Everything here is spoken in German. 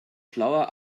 schlauer